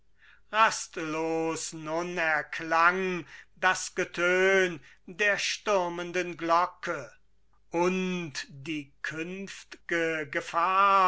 rastlos nun erklang das getön der stürmenden glocke und die künft'ge gefahr